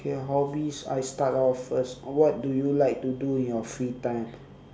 okay hobbies I start off first what do you like to do in your free time